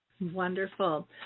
wonderful